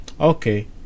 Okay